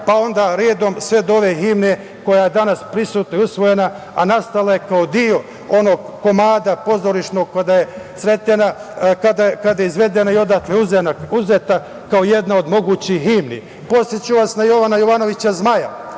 pa onda redom, sve do ove himne koja je danas prisutna i usvojena, a nastala je kao deo onog pozorišnog komada kada je izvedena i odatle uzeta kao jedna od mogućih himni. Podsetiću vas na Jovana Jovanovića Zmaja,